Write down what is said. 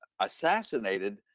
assassinated